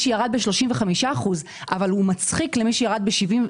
שירד ב-35% אבל הוא מצחיק למי שירד ב-70%.